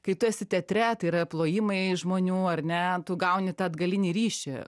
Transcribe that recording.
kai tu esi teatre tai yra plojimai žmonių ar ne tu gauni tą atgalinį ryšį